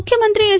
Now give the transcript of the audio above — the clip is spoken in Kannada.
ಮುಖ್ಯಮಂತ್ರಿ ಎಚ್